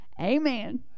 Amen